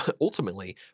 Ultimately